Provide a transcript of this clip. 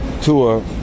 tour